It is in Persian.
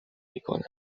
میکنند